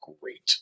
great